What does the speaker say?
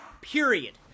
Period